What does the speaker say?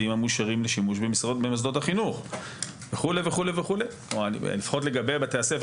המאושרים לשימוש במוסדות החינוך.״ לגבי בתי הספר